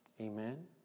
Amen